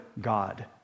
God